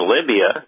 Libya